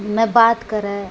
नहि बात करै